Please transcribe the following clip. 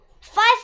five